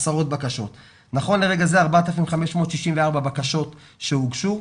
בקשות נכון לרגע זה 4,564 בקשות שהוגשו.